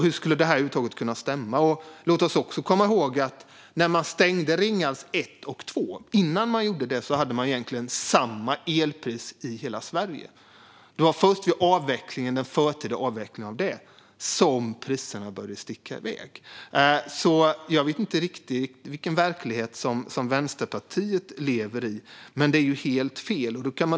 Hur skulle det då kunna stämma? Låt oss komma ihåg att innan Ringhals 1 och 2 stängdes hade man samma elpris i hela Sverige. Det var först vid den förtida avvecklingen av dem som priserna började sticka iväg. Jag vet inte vilken verklighet Vänsterpartiet lever i, men den är helt fel.